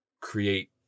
create